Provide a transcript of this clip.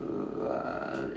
uh